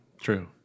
True